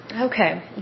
Okay